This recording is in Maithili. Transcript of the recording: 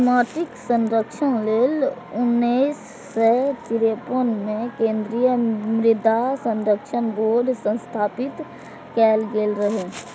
माटिक संरक्षण लेल उन्नैस सय तिरेपन मे केंद्रीय मृदा संरक्षण बोर्ड स्थापित कैल गेल रहै